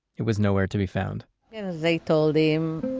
it was nowhere to be found they told him,